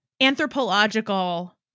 anthropological